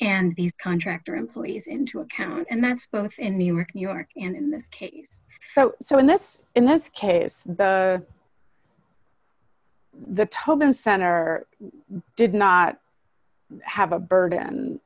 and these contractor employees into account and that's both in new york new york and in this case so so in this in this case the tobin center did not have a bird